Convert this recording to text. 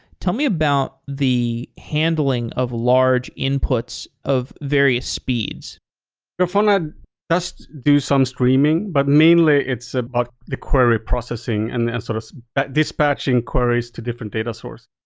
tell me about the handling of large inputs of various speeds grafana do some streaming, but mainly it's about the query processing and sort of dispatching queries to different data sources.